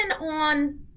on